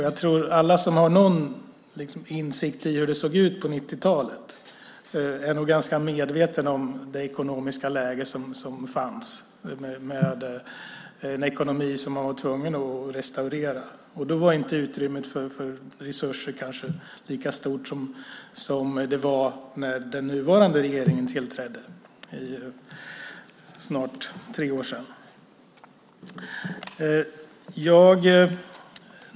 Jag tror att alla som har någon insikt i hur det såg ut på 90-talet är ganska medvetna om det ekonomiska läge som rådde då med en ekonomi som man var tvungen att restaurera. Då var inte utrymmet för reformer lika stort som det kanske var när den nuvarande regeringen tillträdde för snart tre år sedan.